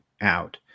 out